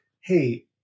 Hey